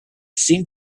seemed